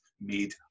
made